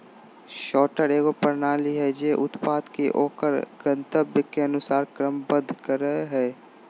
sorter एगो प्रणाली हइ जे उत्पाद के ओकर गंतव्य के अनुसार क्रमबद्ध करय हइ